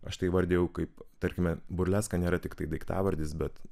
aš tai įvardijau kaip tarkime burleska nėra tiktai daiktavardis bet